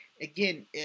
again